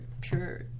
pure